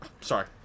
Sorry